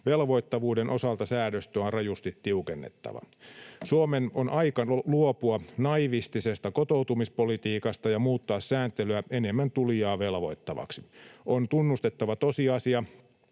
Velvoittavuuden osalta säädöstöä on rajusti tiukennettava. Suomen on aika luopua naivistisesta kotoutumispolitiikasta ja muuttaa sääntelyä enemmän tulijaa velvoittavaksi. On tunnustettava tosiasia,